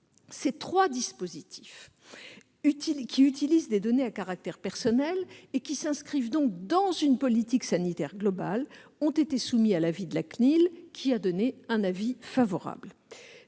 Ces trois dispositifs, qui utilisent des données à caractère personnel et qui s'inscrivent donc dans une politique sanitaire globale, ont été soumis à l'avis de la CNIL, qui a donné un avis favorable.